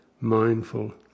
mindful